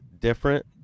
different